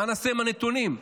מה נעשה עם הנתונים?